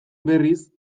berriz